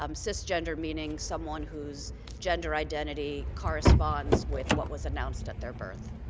um cisgender meaning someone who's gender identity corresponds with what was announced at their birth.